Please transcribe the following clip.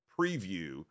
preview